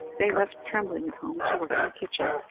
they left trembling at home to work in the kitchen,